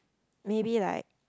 maybe like